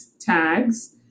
tags